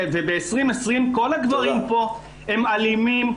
ואילו בשנת 2020 כל הגברים פה הם אלימים,